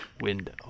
window